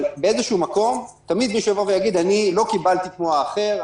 אני לא קיבלתי כמו האחר,